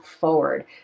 forward